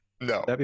No